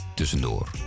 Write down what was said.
tussendoor